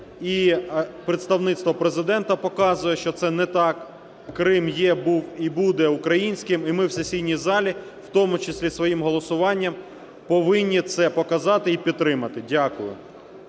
і Представництво Президента показує, що це не так: Крим є, був і буде українським. І ми в сесійній залі, в тому числі своїм голосуванням повинні це показати і підтримати. Дякую.